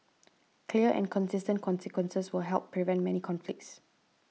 clear and consistent consequences will help prevent many conflicts